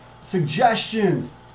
suggestions